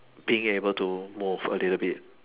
being able to move a little bit